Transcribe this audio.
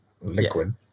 liquid